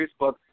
Facebook